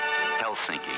Helsinki